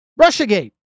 Russiagate